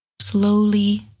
slowly